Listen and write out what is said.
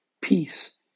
peace